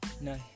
No